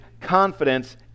confidence